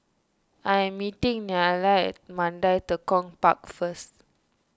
I am meeting Nelia at Mandai Tekong Park first